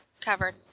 covered